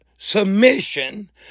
submission